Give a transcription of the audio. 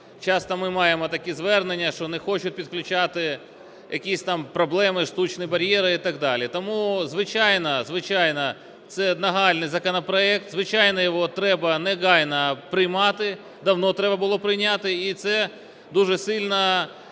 часто ми маємо такі звернення, що не хочу підключати якісь там проблеми, штучні бар'єри і так далі. Тому, звичайно, звичайно, це нагальний законопроект, звичайно, його треба негайно приймати, давно треба було прийняти, і це дуже сильно